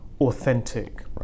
authentic